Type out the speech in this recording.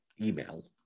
email